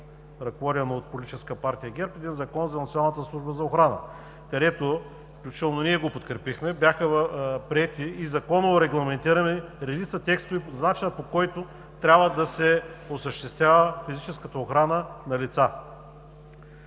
ръководено от Политическа партия ГЕРБ, един Закон за Националната служба за охрана, включително и ние го подкрепихме, където бяха приети и законово регламентирани редица текстове за начина, по който трябва да се осъществява физическата охрана на лица.